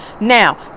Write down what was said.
now